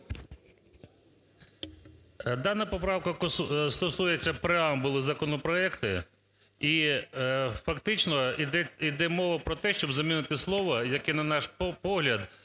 Дана поправка стосується преамбули законопроекту, і фактично іде мова про те, щоб замінити слово, яке, на наш погляд,